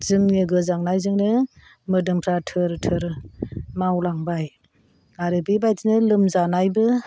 जोंनि गोजांनायजोंनो मोदोमफ्रा थोर थोर मावलांबाय आरो बेबादिनो लोमजानायबो